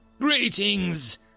Greetings